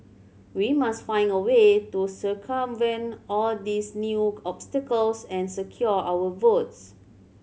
we must find a way to circumvent all these new obstacles and secure our votes